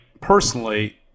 personally